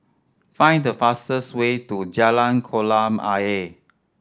find the fastest way to Jalan Kolam Ayer